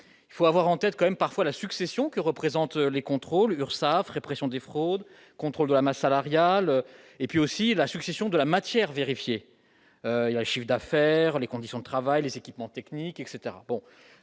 il faut avoir en tête quand même parfois la succession que représentent les contrôles, Urssaf, répression des fraudes, contrôle de Hama salariale et puis aussi la succession de la matière vérifier il y a un chiffre d'affaires, les conditions de travail des équipements techniques etc